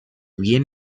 bien